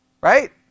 right